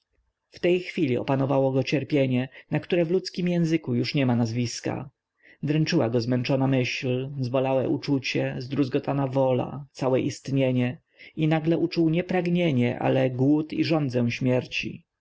w tej chwili opanowało go cierpienie na które w ludzkim języku już niema nazwiska dręczyła go zmęczona myśl zbolałe uczucie zdruzgotana wola całe istnienie i nagle uczuł nie pragnienie ale głód i żądzę śmierci